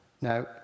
Now